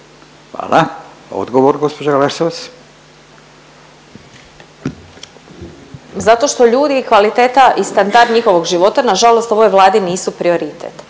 **Glasovac, Sabina (SDP)** Zato što ljudi i kvaliteta i standard njihovog života nažalost ovoj Vladi nisu prioritet,